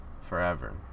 forever